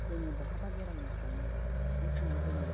जोङो बहाबा बेरायनो थाङो बे समाव जोङो